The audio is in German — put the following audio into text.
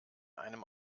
einem